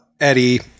Eddie